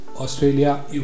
Australia